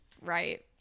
Right